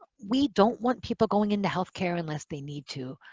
we don't want people going into healthcare unless they need to.